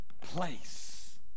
place